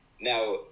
now